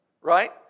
right